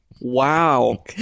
Wow